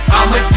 I'ma